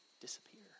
disappear